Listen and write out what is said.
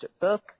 book